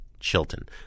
Chilton